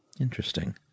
Interesting